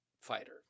fighter